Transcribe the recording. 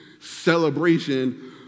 celebration